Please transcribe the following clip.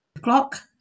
clock